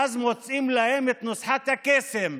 ואז מוצאים להם את נוסחת הקסם,